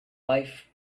life